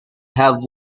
have